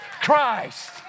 Christ